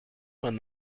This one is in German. man